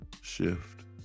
shift